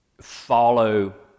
follow